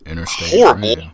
horrible